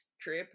trip